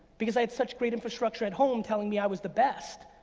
because i had such great infrastructure at home telling me i was the best,